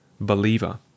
Believer